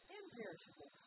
imperishable